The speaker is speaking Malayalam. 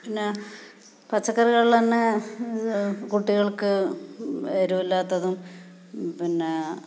പിന്നെ പച്ചക്കറികളിൽ നിന്ന് കുട്ടികൾക്ക് എരുവില്ലാത്തതും പിന്നെ